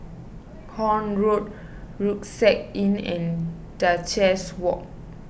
Horne Road Rucksack Inn and Duchess Walk